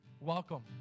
Welcome